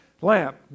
lamp